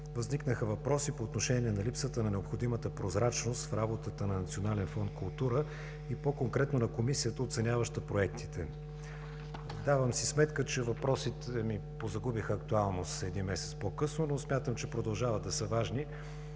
Възникнаха въпроси по отношение на липсата на необходимата прозрачност в работата на Национален фонд „Култура“ и по-конкретно на комисията, оценяваща проектите. Давам си сметка, че въпросите ми позагубиха актуалност един месец по-късно, но смятам, че продължават да са важни.